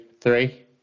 three